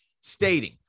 stating